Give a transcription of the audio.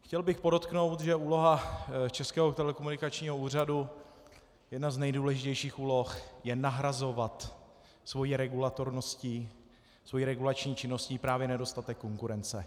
Chtěl bych podotknout, že úloha Českého telekomunikačního úřadu, jedna z nejdůležitějších úloh, je nahrazovat svou regulatorností, svou regulační činností právě nedostatek konkurence.